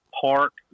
park